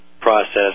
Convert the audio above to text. process